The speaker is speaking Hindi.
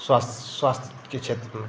स्वास स्वास्थय के क्षेत्र में